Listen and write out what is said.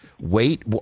wait